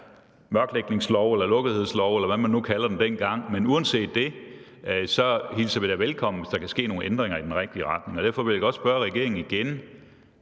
mørklægningslov eller lukkethedslov, eller hvad man nu kalder det, dengang, men uanset det hilser vi det da velkommen, hvis der kan ske nogle ændringer i den rigtige retning. Derfor vil jeg godt spørge regering igen: